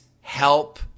help